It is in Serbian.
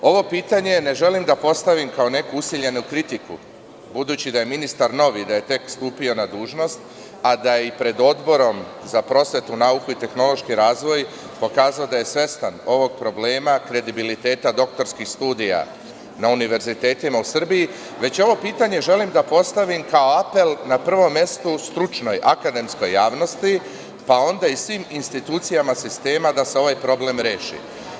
Ovo pitanje ne želim da postavim kao neku usiljenu kritiku, budući da je ministar novi, da je tek stupio na dužnost, a da je i pred Odborom za prosvetu, nauku i tehnološki razvoj pokazao da je svestan ovog problema kredibiliteta doktorskih studija na univerzitetima u Srbiji, već ovo pitanje želim da postavim kao apel, na prvom mestu stručnoj akademskoj javnosti, pa onda i svim institucijama sistema, da se ovaj problem reši.